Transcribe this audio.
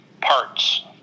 parts